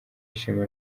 ishema